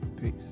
peace